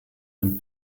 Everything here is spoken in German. dem